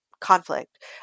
conflict